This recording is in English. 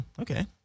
okay